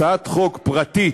הצעת חוק פרטית,